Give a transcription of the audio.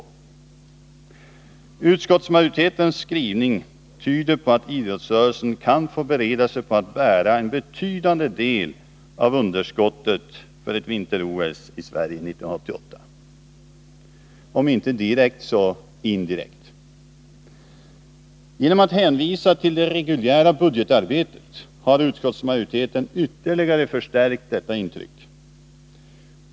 Utskottsmajoritetens skrivning tyder på att idrottsrörelsen kan få bereda sig på att bära en betydande del av underskottet för ett vinter-OS i Sverige 1988, om inte direkt så indirekt. Genom att hänvisa till det reguljära budgetarbetet har utskottsmajoriteten ytterligare förstärkt detta intryck.